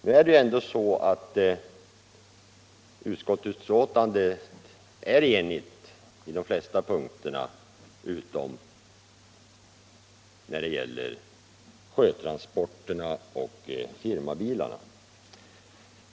Nu är utskottsbetänkandet ändå enhälligt utom när det gäller sjötransporterna och firmabilarna.